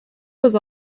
was